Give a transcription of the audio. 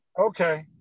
Okay